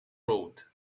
road